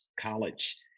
college